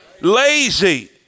lazy